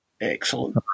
Excellent